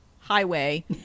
highway